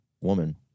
woman